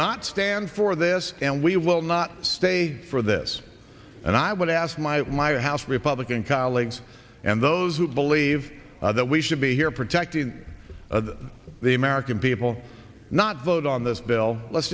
not stand for this and we will not stay for this and i would ask my my house republican colleagues and those who believe that we should be here protecting the american people not vote on this bill let's